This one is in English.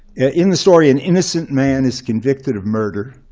in the story, an innocent man is convicted of murder,